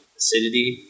acidity